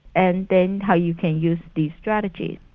and then how you can use these strategies.